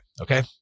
Okay